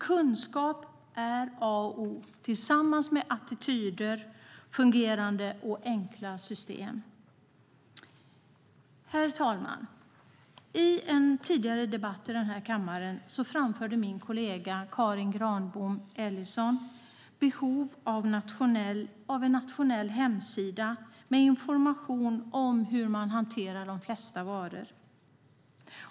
Kunskap är A och O tillsammans med attityder och fungerande och enkla system. Herr talman! I en tidigare debatt i kammaren framförde min kollega Karin Granbom Ellison behovet av en nationell hemsida med information om hur man hanterar de flesta varor.